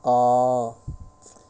oh